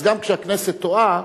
אז גם כשהכנסת טועה,